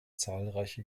zahlreiche